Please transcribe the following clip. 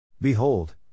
Behold